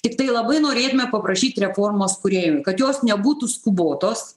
tiktai labai norėtume paprašyti reformos kūrėjų kad jos nebūtų skubotos